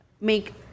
make